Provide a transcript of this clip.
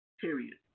Period